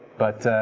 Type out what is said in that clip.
but